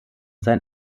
sein